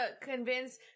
convince